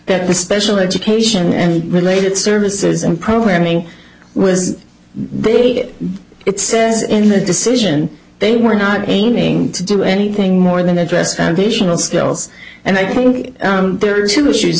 that the special education and related services and programming was big it says in the decision they were not aiming to do anything more than address foundational skills and i think there are two issues